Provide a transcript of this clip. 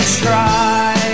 try